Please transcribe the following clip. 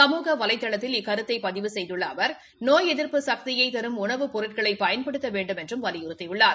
சமூக வலைதளத்தில் இக்கருத்தை பதிவு செய்துள்ள அவர் நோய் எதிர்ப்பு சக்தியை தரும் உணவுப் பொருட்களை பயன்படுத்த வேண்டுமென்று வலியுறுத்தியுள்ளார்